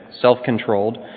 self-controlled